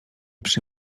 przy